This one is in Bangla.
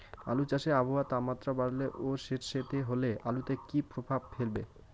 আলু চাষে আবহাওয়ার তাপমাত্রা বাড়লে ও সেতসেতে হলে আলুতে কী প্রভাব ফেলবে?